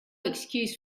excuse